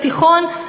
בתיכון,